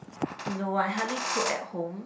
no I hardly cook at home